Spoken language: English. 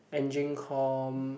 engine com